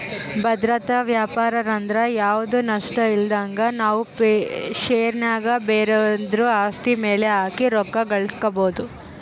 ಭದ್ರತಾ ವ್ಯಾಪಾರಂದ್ರ ಯಾವ್ದು ನಷ್ಟಇಲ್ದಂಗ ನಾವು ಷೇರಿನ್ಯಾಗ ಬ್ಯಾರೆವುದ್ರ ಆಸ್ತಿ ಮ್ಯೆಲೆ ಹಾಕಿ ರೊಕ್ಕ ಗಳಿಸ್ಕಬೊದು